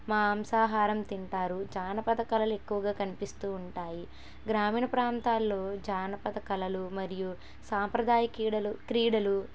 మాంసాహారం తింటారు జానపద కళలు ఎక్కువగా కనిపిస్తు ఉంటాయి గ్రామీణ ప్రాంతాలలో జానపద కళలు మరియు సాంప్రదాయ కీడలు క్రీడలు